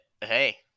hey